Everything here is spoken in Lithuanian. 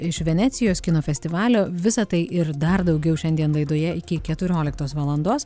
iš venecijos kino festivalio visa tai ir dar daugiau šiandien laidoje iki keturioliktos valandos